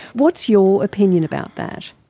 what's your opinion about that?